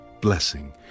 blessing